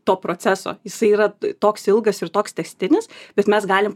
to proceso jisai yra toks ilgas ir toks tęstinis bet mes galim